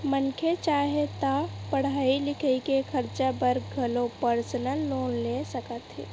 मनखे चाहे ता पड़हई लिखई के खरचा बर घलो परसनल लोन ले सकत हे